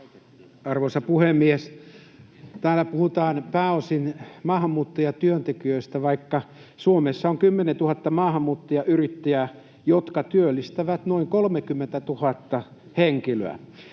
Arvoisa puhemies! Täällä puhutaan pääosin maahanmuuttajatyöntekijöistä, vaikka Suomessa on 10 000 maahanmuuttajayrittäjää, jotka työllistävät noin 30 000 henkilöä.